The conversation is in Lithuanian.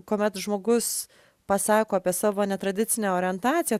kuomet žmogus pasako apie savo netradicinę orientaciją